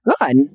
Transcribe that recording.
Good